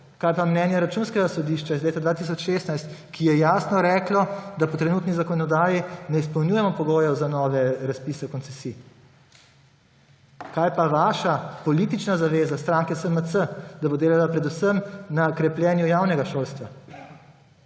kaj pa mnenje Računskega sodišča iz leta 2016, ki je jasno reklo, da po trenutni zakonodaji ne izpolnjujemo pogojev za nove razpise koncesij. Kaj pa vaša politična zaveza, stranke SMC, da bo delala predvsem na krepljenju javnega šolstva?